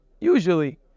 usually